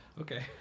Okay